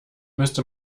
müsste